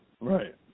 right